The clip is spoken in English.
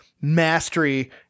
mastery